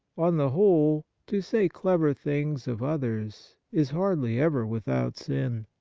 on the whole, to say clever things of others is hardly ever without sin.